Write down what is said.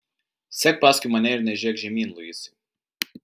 sek paskui mane ir nežiūrėk žemyn luisai